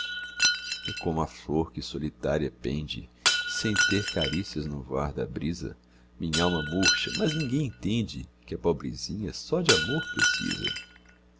e como a flor que solitária pende sem ter carícias no voar da brisa minhalma murcha mas ninguém entende que a pobrezinha só de amor precisa